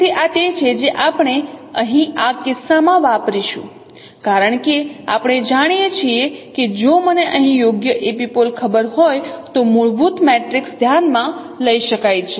તેથી આ તે છે જે આપણે અહીં આ કિસ્સામાં વાપરીશું કારણ કે આપણે જાણીએ છીએ કે જો મને અહીં યોગ્ય એપિપોલ ખબર હોય તો મૂળભૂત મેટ્રિક્સ ધ્યાનમાં લઈ શકાય છે